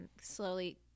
slowly